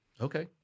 Okay